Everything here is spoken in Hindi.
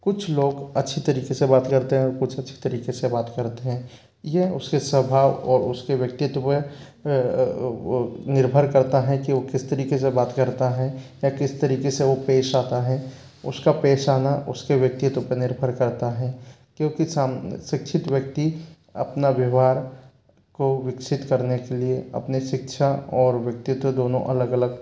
कुछ लोग अच्छी तरीके से बात करते हैं औ कुछ अच्छी तरीके से बात करते हैं यह उसके स्वभाव और उसके व्यक्तित्व निर्भर करता है कि वो किस तरीके से बात करता है या किस तरीके से वो पेश आता है उसका पेश आना उसके व्यक्तित्व पर निर्भर करता है क्योंकि शाम शिक्षित व्यक्ति अपना व्यवहार को विकसित करने के लिए अपने शिक्षा और व्यक्तित्व दोनों अलग अलग